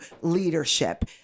leadership